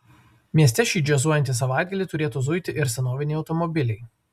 mieste šį džiazuojantį savaitgalį turėtų zuiti ir senoviniai automobiliai